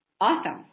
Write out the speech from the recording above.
Awesome